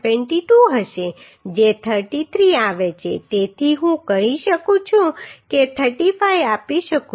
22 હશે જે 33 આવે છે તેથી હું કહી શકું કે 35 આપી શકું